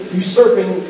usurping